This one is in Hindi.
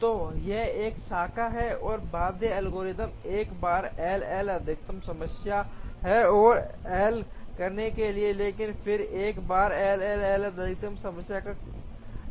तो यह एक शाखा है और बाध्य एल्गोरिथ्म 1 आर एल एल अधिकतम समस्या को हल करने के लिए लेकिन फिर 1 आर एल एल अधिकतम समस्या एक कठिन समस्या है